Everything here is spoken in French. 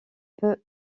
peut